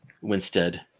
Winstead